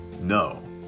No